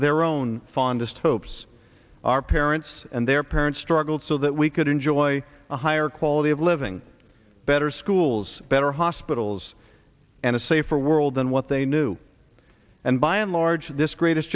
their own fondest hopes our parents and their parents struggled so that we could enjoy a higher quality of living better schools better hospitals and a safer world than what they knew and by and large this greatest